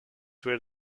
where